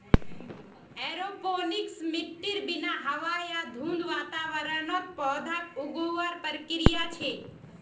aeroponics मिट्टीर बिना हवा या धुंध वातावरणत पौधाक उगावार प्रक्रिया छे